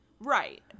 Right